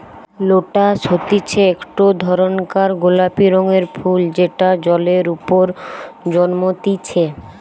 lotus হতিছে একটো ধরণকার গোলাপি রঙের ফুল যেটা জলের ওপরে জন্মতিচ্ছে